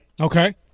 Okay